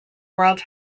world